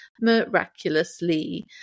miraculously